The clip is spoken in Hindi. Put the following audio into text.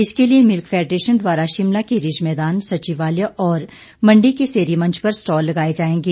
इसके लिए मिल्क फैडरेशन द्वारा शिमला के रिज मैदान सचिवालय और मंडी के सेरी मंच पर स्टॉल लगाए जाएंगे